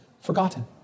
forgotten